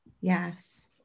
Yes